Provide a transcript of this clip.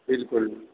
बिल्कुल